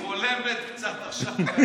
את חולמת קצת עכשיו,